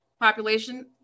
population